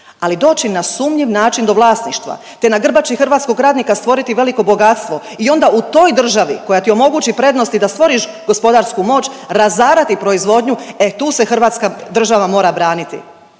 ali doći na sumnjiv način do vlasništva te na grbači hrvatskog radnika stvoriti veliko bogatstvo i onda u toj državi koja ti omogući prednosti da stvoriš gospodarsku moć razarati proizvodnju, e tu se hrvatska država mora braniti.